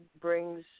brings